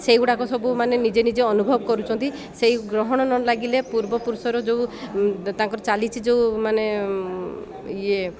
ସେଇଗୁଡ଼ାକ ସବୁ ମାନେ ନିଜେ ନିଜେ ଅନୁଭବ କରୁଛନ୍ତି ସେଇ ଗ୍ରହଣ ନ ଲାଗିଲେ ପୂର୍ବପୁରୁଷର ଯେଉଁ ତାଙ୍କର ଚାଲିଛି ଯେଉଁ ମାନେ ଇଏ